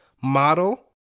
model